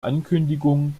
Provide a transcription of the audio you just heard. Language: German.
ankündigung